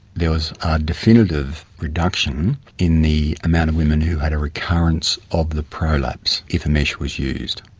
there was a definitive reduction in the amount of women who had a recurrence of the prolapse if a mesh was used.